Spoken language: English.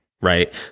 right